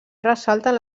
ressalten